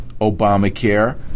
Obamacare